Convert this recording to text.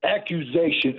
accusation